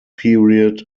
period